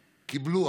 קיבלו,